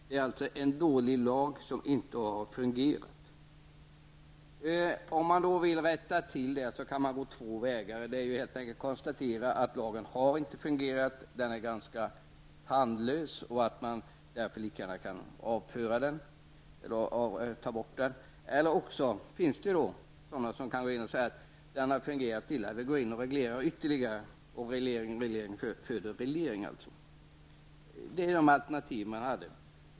Det är alltså en dålig lag som inte har fungerat. Om man vill komma till rätta med jordförvärvslagen, kan man gå två vägar. Den ena vägen är att konstatera att lagen inte har fungerat, att den är ganska tandlös och att man därför lika gärna kan ta bort den. Den andra vägen är att konstatera att jordförvärvslagen har fungerat på ett tillräckligt bra sätt, och att man därför bör gå in och reglera ytterligare. Alltså: reglering föder regleringar. Det är de alternativ som man har haft.